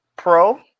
pro